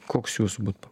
koks jūsų būtų